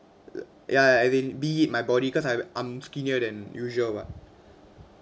ya as in be my body cause I I'm skinnier than usual [what]